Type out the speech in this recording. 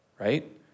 right